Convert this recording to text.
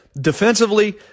Defensively